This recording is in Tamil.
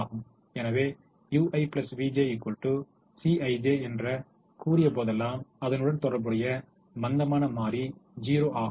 எனவே ui vj Cij என்ற கூறிய போதெல்லாம் அதனுடன் தொடர்புடைய மந்தமான மாறி 0 ஆகும்